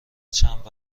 چند